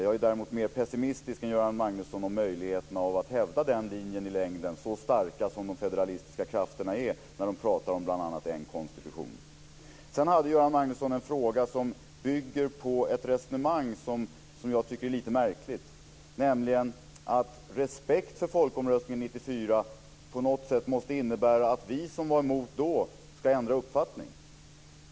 Jag är däremot mer pessimistisk än Göran Magnusson när det gäller möjligheterna att hävda den linjen i längden, med tanke på att de federalistiska krafterna är så starka när de pratar om en konstitution. Göran Magnusson hade en fråga som bygger på ett resonemang som jag tycker är lite märkligt. Han talade om att respekt för folkomröstningen 1994 måste innebära att vi som var emot EU-medlemskap då ska ändra uppfattning.